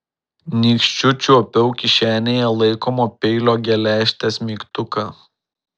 nykščiu čiuopiau kišenėje laikomo peilio geležtės mygtuką